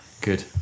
good